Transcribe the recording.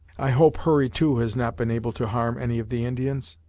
i hope hurry, too, has not been able to harm any of the indians?